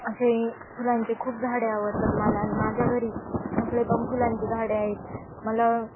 असे फुलांचे खूप झाडे आवडतात मला आणि माझ्या घरी सगळे पण फुलांचे झाडे आहेत मला